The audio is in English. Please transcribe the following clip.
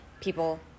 people